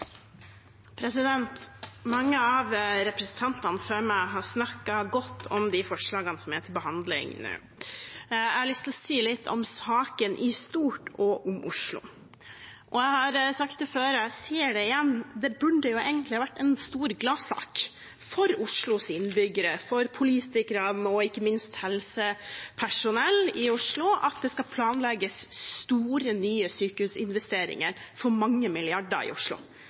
Mange av representantene før meg har snakket godt om de forslagene som er til behandling nå. Jeg har lyst til å si litt om saken i stort, og om Oslo. Jeg har sagt det før, og jeg sier det igjen: Det burde jo egentlig ha vært en stor gladsak – for Oslos innbyggere, for politikerne og ikke minst for helsepersonell i Oslo – at det planlegges store nye sykehusinvesteringer for mange milliarder i Oslo.